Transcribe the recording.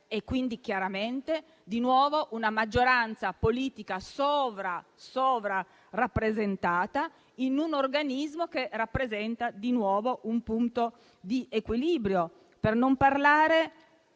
quindi chiaramente, di nuovo, la maggioranza politica sarebbe sovra-rappresentata in un organismo che rappresenta un punto di equilibrio. Per non parlare